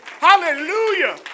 Hallelujah